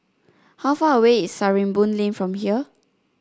how far away is Sarimbun Lane from here